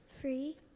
Free